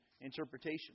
interpretation